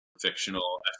fictional